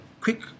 quick